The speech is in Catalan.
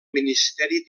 ministeri